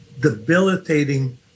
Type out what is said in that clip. debilitating